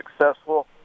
successful